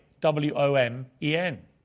W-O-M-E-N